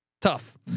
tough